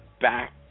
back